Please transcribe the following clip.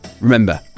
remember